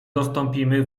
dostąpimy